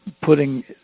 putting